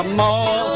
more